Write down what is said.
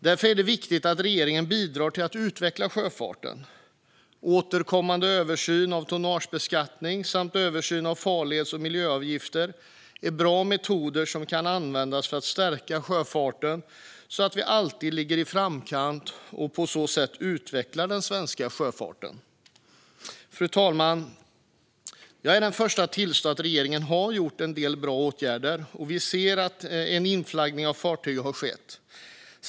Därför är det viktigt att regeringen bidrar till att utveckla sjöfarten. Återkommande översyn av tonnagebeskattning samt översyn av farleds och miljöavgifter är bra metoder som kan användas för att stärka sjöfarten, så att vi alltid ligger i framkant och på så sätt utvecklar den svenska sjöfarten. Fru talman! Jag är den förste att tillstå att regeringen har vidtagit en del bra åtgärder. En inflaggning av fartyg har skett.